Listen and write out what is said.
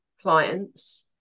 clients